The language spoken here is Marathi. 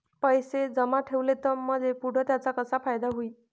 पैसे जमा ठेवले त मले पुढं त्याचा कसा फायदा होईन?